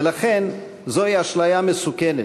ולכן זוהי אשליה מסוכנת,